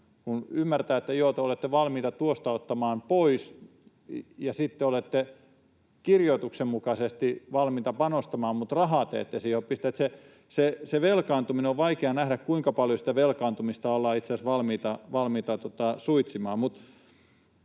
kun ymmärtää, että joo, te olette valmiita tuosta ottamaan pois, ja sitten olette kirjoituksen mukaisesti valmiita panostamaan, mutta rahaa te ette ole siihen pistäneet. On vaikea nähdä, kuinka paljon sitä velkaantumista ollaan itse asiassa valmiita suitsimaan.